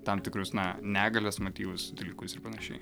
tam tikrus na negalės motyvus dalykus ir panašiai